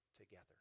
together